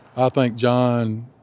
i think john